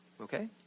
Okay